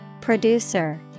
Producer